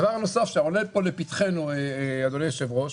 הדבר הנוסף שעולה לפתחנו, אדוני היושב-ראש,